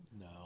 no